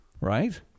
right